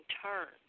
turn